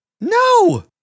no